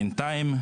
בינתיים,